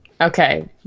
Okay